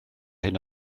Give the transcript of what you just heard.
hyn